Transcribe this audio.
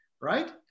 right